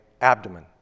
abdomen